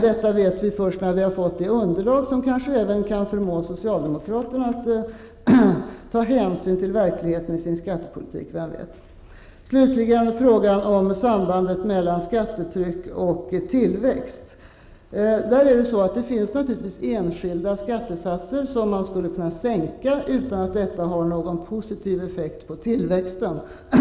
Detta vet vi först när vi har fått det underlag som kanske kan förmå även socialdemokraterna att ta hänsyn till verkligheten i sin skattepolitik, vem vet. Slutligen frågan om sambandet mellan skattetryck och tillväxt. Det finns naturligtvis enskilda skattesatser som man skulle kunna sänka utan att detta har någon positiv effekt på tillväxten.